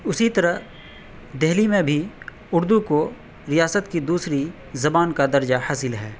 اسی طرح دہلی میں بھی اردو کو ریاست کی دوسری زبان کا درجہ حاصل ہے